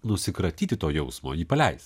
nusikratyti to jausmo jį paleist